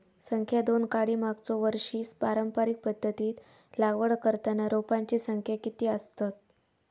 संख्या दोन काडी मागचो वर्षी पारंपरिक पध्दतीत लागवड करताना रोपांची संख्या किती आसतत?